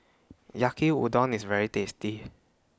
Yaki Udon IS very tasty